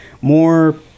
more